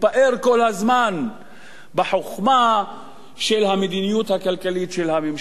כל הזמן בחוכמה של המדיניות הכלכלית של הממשלה?